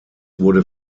wurde